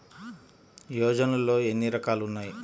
యోజనలో ఏన్ని రకాలు ఉన్నాయి?